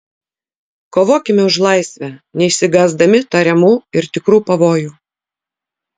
kovokime už laisvę neišsigąsdami tariamų ir tikrų pavojų